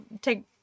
take